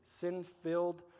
sin-filled